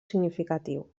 significatiu